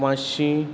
पांचशीं